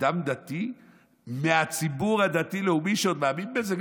אדם דתי מהציבור הדתי-לאומי, שעוד מאמין בזה?